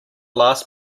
last